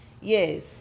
Yes